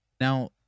Now